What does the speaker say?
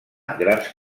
grans